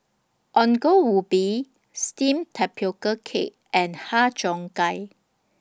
Ongol Ubi Steamed Tapioca Cake and Har Cheong Gai